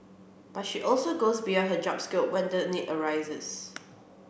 but she also goes beyond her job scope when the need arises